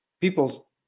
people